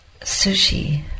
sushi